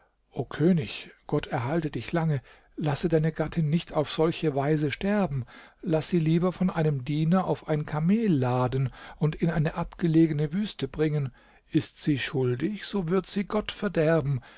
o könig gott erhalte dich lange lasse deine gattin nicht auf solche weise sterben laß sie lieber von einem diener auf ein kamel laden und in eine abgelegene wüste bringen ist sie schuldig so wird sie gott verderben